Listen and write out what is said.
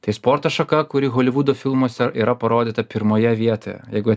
tai sporto šaka kuri holivudo filmuose yra parodyta pirmoje vietoje jeigu